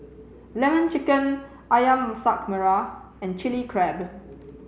lemon chicken ayam masak merah and chili crab